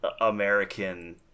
American